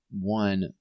one